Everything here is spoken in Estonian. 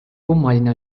kummaline